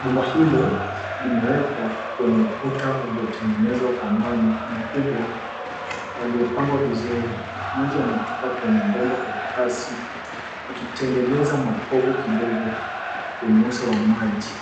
Bomba hilo limewekwa kwenye ukuta uliotegenezwa kwa mawe makubwa yaliyopangwa vizuri. Maji yanatoka kwenye bomba kwa kazi ikitegeneza mapovu kidogo kwenye uso wa maji.